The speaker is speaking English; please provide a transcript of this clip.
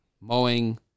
mowing